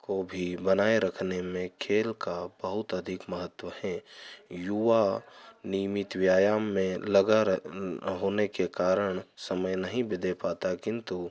को भी बनाए रखने में खेल का बहुत अधिक महत्व है युवा नियमित व्यायाम में लगा रह होने के कारण समय नहीं ब दे पाता किंतु